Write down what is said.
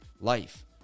life